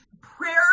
prayer